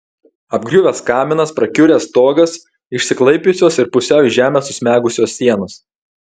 apgriuvęs kaminas prakiuręs stogas išsiklaipiusios ir pusiau į žemę susmegusios sienos